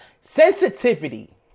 Sensitivity